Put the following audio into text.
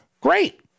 great